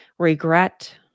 regret